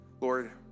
Lord